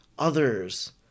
others